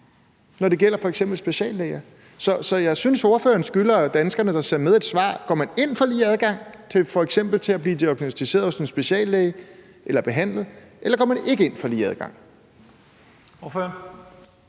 når det gælder f.eks. speciallæger. Så jeg synes, ordføreren skylder danskerne, der ser med, et svar: Går man ind for lige adgang, f.eks. til at blive diagnosticeret eller behandlet hos en speciallæge, eller går man ikke ind for lige adgang? Kl.